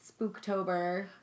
spooktober